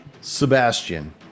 sebastian